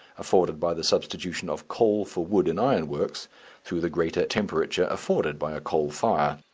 afforded by the substitution of coal for wood in iron works through the greater temperature afforded by a coal fire.